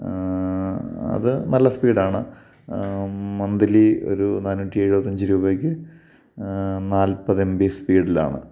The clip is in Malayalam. അത് നല്ല സ്പീഡാണ് മന്ത്ലി ഒരു നാനൂറ്റി എഴുപത്തിയഞ്ച് രൂപയ്ക്ക് നാൽപ്പത് എം ബി സ്പീഡിലാണ്